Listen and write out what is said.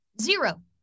Zero